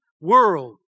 world